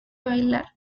bailar